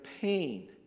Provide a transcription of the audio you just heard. pain